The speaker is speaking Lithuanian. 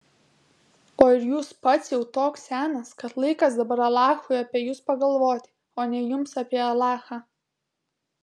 o ir jūs pats jau toks senas kad laikas dabar alachui apie jus pagalvoti o ne jums apie alachą